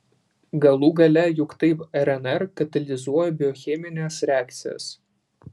galų gale juk taip rnr katalizuoja biochemines reakcijas